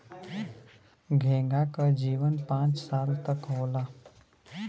घोंघा क जीवन पांच साल तक क होला